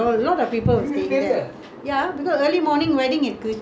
the reception all of you all were there before the oonjal